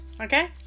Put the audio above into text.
Okay